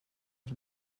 els